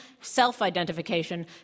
self-identification